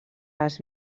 les